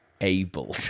able